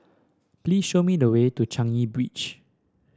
please show me the way to Changi Beach